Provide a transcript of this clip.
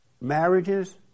marriages